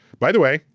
by the way,